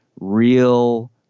real